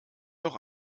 noch